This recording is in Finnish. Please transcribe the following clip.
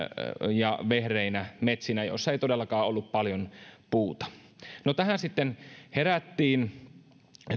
ja vehreinä metsinä joissa ei todellakaan ollut paljon puuta tähän sitten herättiin